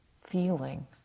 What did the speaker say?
feeling